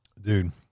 Dude